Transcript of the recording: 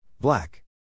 Black